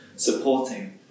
Supporting